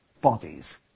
bodies